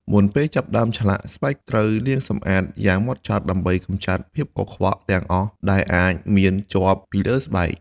មុនពេលចាប់ផ្តើមឆ្លាក់ ស្បែកត្រូវលាងសម្អាតយ៉ាងហ្មត់ចត់ដើម្បីកម្ចាត់ភាពកខ្វក់ទាំងអស់ដែលអាចមានជាប់ពីលើស្បែក។